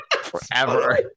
forever